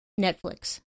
Netflix